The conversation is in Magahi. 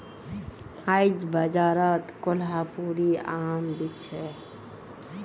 आईज बाजारत कोहलापुरी आम बिक छ